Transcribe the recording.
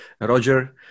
roger